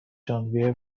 ژانویه